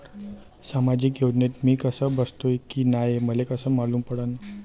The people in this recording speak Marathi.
सामाजिक योजनेत मी बसतो की नाय हे मले कस मालूम पडन?